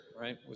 right